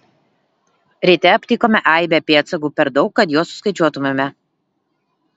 ryte aptikome aibę pėdsakų per daug kad juos suskaičiuotumėme